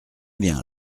bien